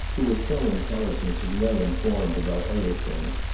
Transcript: who were so intelligent and well informed about other things,